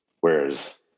Whereas